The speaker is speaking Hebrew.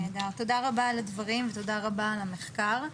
תודה רבה על הדברים ותודה רבה על המחקר.